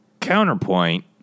Counterpoint